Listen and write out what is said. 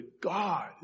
God